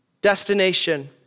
destination